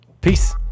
Peace